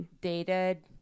dated